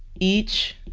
each